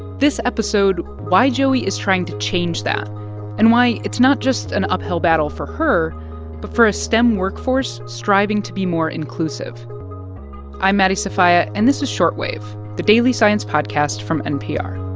this episode why joey is trying to change that and why it's not just an uphill battle for her but for a stem workforce striving to be more inclusive i'm maddie sofia, and this is short wave, wave, the daily science podcast from npr